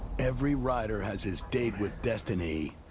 every rider has his date with destiny.